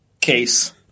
case